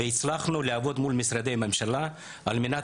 והצלחנו לעבוד מול משרדי ממשלה על מנת